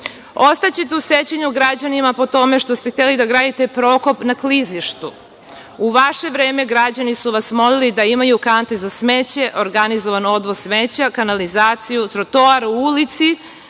Ostaćete u sećanju građanima po tome što ste hteli da gradite prokop na klizištu, u vaše vreme građani su vas molili da imaju kante za smeće, organizovani odvod smeća, kanalizaciju, trotoar u ulici.